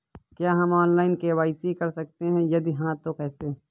क्या हम online KYC कर सकते हैं यदि हाँ तो कैसे?